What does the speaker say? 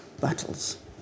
battles